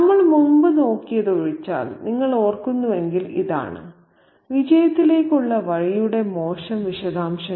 നമ്മൾ മുമ്പ് നോക്കിയതൊഴിച്ചാൽ നിങ്ങൾ ഓർക്കുന്നുവെങ്കിൽ ഇതാണ് വിജയത്തിലേക്കുള്ള വഴിയുടെ മോശം വിശദാംശങ്ങൾ